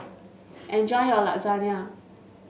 enjoy your Lasagne